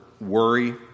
worry